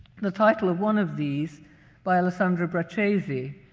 the title of one of these by alessandro braccesi,